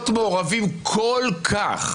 מעורבים כל כך